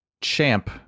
Champ